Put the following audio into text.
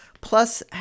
plus